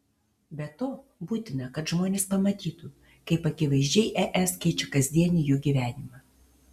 be to būtina kad žmonės pamatytų kaip akivaizdžiai es keičia kasdienį jų gyvenimą